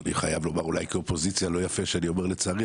אני חייב לומר שאולי כאופוזיציה זה לא יפה שאני אומר לצערי,